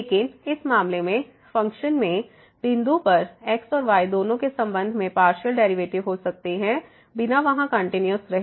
लेकिन इस मामले में फ़ंक्शन में बिंदु पर x और y दोनों के संबंध में पार्शियल डेरिवेटिव हो सकते हैं बिना वहां कंटिन्यूस रहे